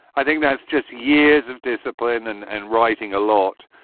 i think that's just years of discipline and and writing a lot.